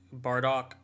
Bardock